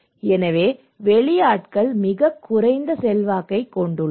எனவே வெளியாட்கள் மிகக் குறைந்த செல்வாக்கைக் கொண்டுள்ளனர்